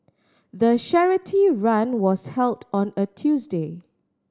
the charity run was held on a Tuesday